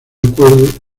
acuerdo